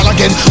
Again